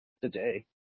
Today